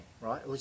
right